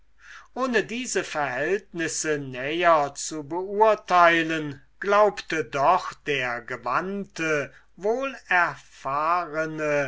ohne diese verhältnisse näher zu beurteilen glaubte doch der gewandte